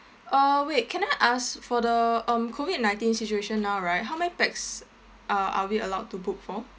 uh wait can I ask for the um COVID nineteen situation now right how many pax uh are we allowed to book for